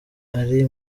ari